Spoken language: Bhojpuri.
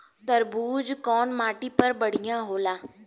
तरबूज कउन माटी पर बढ़ीया होला?